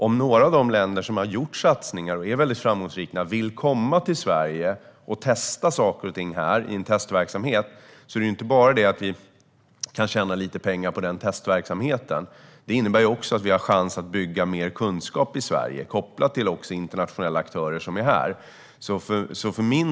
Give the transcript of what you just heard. Om några av de länder som har gjort satsningar och som är framgångsrika vill komma till Sverige och testa i en testverksamhet kan vi inte bara tjäna lite pengar på testverksamheten; det innebär också att vi har chans att bygga mer kunskap i Sverige, kopplat till internationella aktörer som är här.